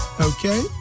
Okay